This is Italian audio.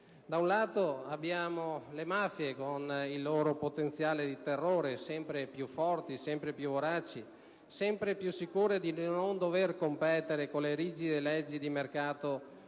Da un lato, abbiamo le mafie con il loro potenziale di terrore, sempre più forti, sempre più voraci, sempre più sicure di non dover competere con le rigide leggi di mercato